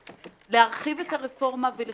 בואי תכניסי להצעת החוק הזאת גם